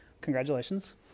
congratulations